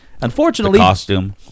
Unfortunately